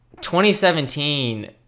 2017